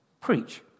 preach